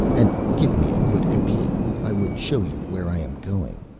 and give me a good epee, i would show you where i am going.